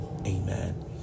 Amen